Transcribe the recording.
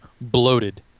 bloated